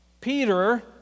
Peter